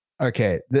Okay